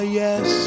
yes